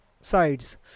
sides